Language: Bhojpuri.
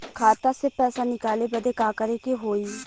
खाता से पैसा निकाले बदे का करे के होई?